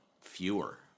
fewer